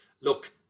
Look